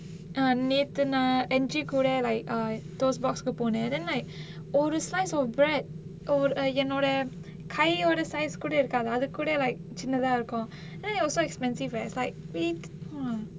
err நேத்து நான்:nethu naan N_G கூட:kooda like uh toast box கு போனன்:ku ponan then like oh the size of bread oh என்னோட கையோட:ennoda kaiyoda size கூட இருக்காது அது கூட:kooda irukkaathu athu kooda like சின்னதா இருக்கும்:chinnathaa irukkum then it was so expensive leh is like three